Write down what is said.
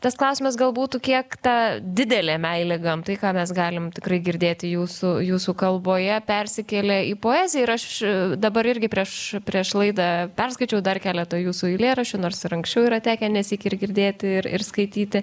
tas klausimas gal būtų kiek ta didelė meilė gamtai ką mes galim tikrai girdėti jūsų jūsų kalboje persikėlė į poeziją ir aš dabar irgi prieš prieš laidą perskaičiau dar keletą jūsų eilėraščių nors ir anksčiau yra tekę nesyk ir girdėti ir ir skaityti